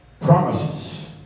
Promises